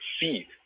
see